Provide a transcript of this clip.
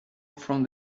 from